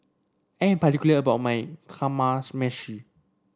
I am particular about my Kamameshi